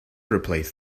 replace